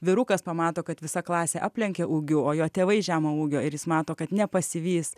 vyrukas pamato kad visa klasė aplenkė ūgiu o jo tėvai žemo ūgio ir jis mato kad nepasivys